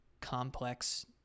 complex